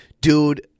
dude